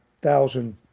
thousand